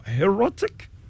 Erotic